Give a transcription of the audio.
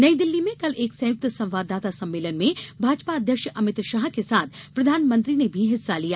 नई दिल्ली में कल एक संयुक्त संवाददाता सम्मेलन में भाजपा अध्यक्ष अमित शाह के साथ प्रधानमंत्री ने भी हिस्सा लिया